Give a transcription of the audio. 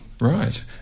Right